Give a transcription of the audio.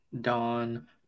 dawn